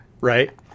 Right